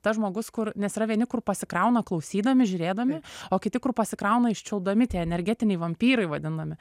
tas žmogus kur nes yra vieni kur pasikrauna klausydami žiūrėdami o kiti kur pasikrauna iščiulpdami tie energetiniai vampyrai vadinami